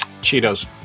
Cheetos